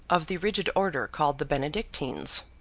of the rigid order called the benedictines.